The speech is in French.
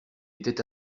était